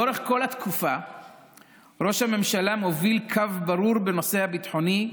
לאורך כל התקופה ראש הממשלה מוביל קו ברור בנושא הביטחוני,